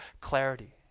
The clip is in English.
clarity